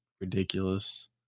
ridiculous